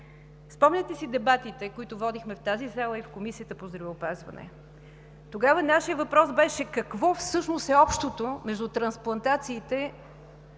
Спомняте си дебатите, които водихме в тази зала и в Комисията по здравеопазване. Тогава нашият въпрос беше какво всъщност е общото между трансплантациите